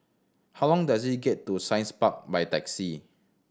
how long does it get to Science Park by taxi